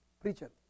preacher